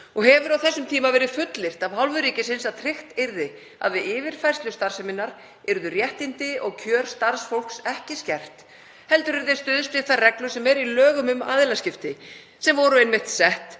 og hefur á þessum tíma verið fullyrt af hálfu ríkisins að tryggt yrði að við yfirfærslu starfseminnar yrðu réttindi og kjör starfsfólks ekki skert, heldur yrði stuðst við þær reglur sem eru í lögum um aðilaskipti, sem voru einmitt sett